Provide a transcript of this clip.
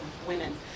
Women